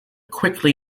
quickly